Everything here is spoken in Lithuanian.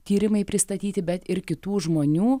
tyrimai pristatyti bet ir kitų žmonių